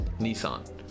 Nissan